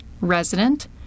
Resident